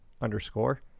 underscore